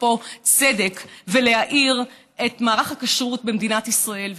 פה צדק ולהעיר את מערך הכשרות במדינת ישראל.